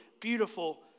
beautiful